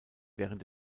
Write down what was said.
während